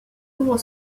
ouvre